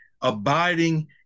abiding